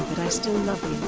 i still and love